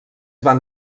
van